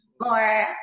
more